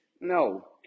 no